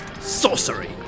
Sorcery